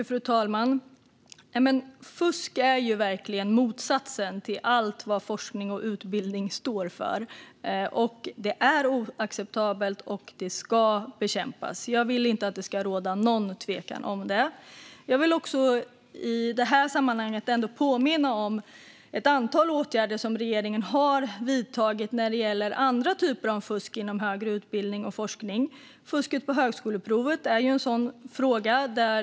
Fru talman! Fusk är ju verkligen motsatsen till allt vad forskning och utbildning står för. Det är oacceptabelt, och det ska bekämpas - jag vill inte att det ska råda någon tvekan om detta. I detta sammanhang vill jag påminna om ett antal åtgärder som regeringen har vidtagit när det gäller andra typer av fusk inom högre utbildning och forskning. Fusket på högskoleprovet är en sådan fråga.